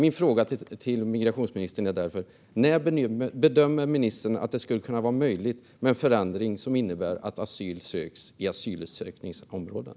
Min fråga till migrationsministern är därför: När bedömer ministern att det skulle kunna vara möjligt med en förändring som innebär att asyl söks i asylansökningsområden?